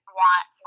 want